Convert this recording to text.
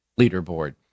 leaderboard